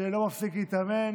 שלא מפסיק להתאמן